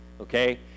okay